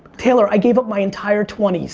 taylor, i gave up my entire twenty s,